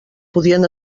podien